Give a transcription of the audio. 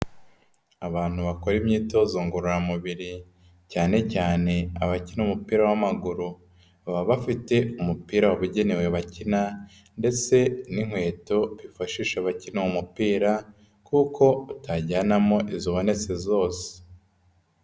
Abantu bakora imyitozo ngororamubiri cyane cyane abakina umupira w'amaguru, baba bafite umupira wabugenewe bakina ndetse n'inkweto bifashisha bakina uwo mupira kuko utajyanamo izibonetse zose.